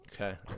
Okay